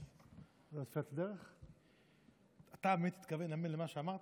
אתה מתכוון אמן למה שאמרתי?